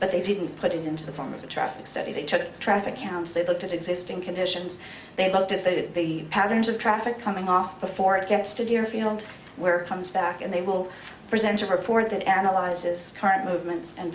but they didn't put it into the form of a traffic study they took traffic counts they looked at existing conditions they looked at they did the patterns of traffic coming off before it gets to deerfield where comes back and they will present a report that analyzes current movements and